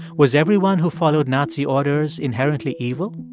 was everyone who followed nazi orders inherently evil?